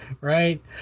Right